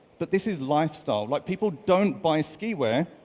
but this is lifestyle. like people don't buy ski-wear,